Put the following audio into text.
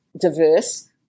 diverse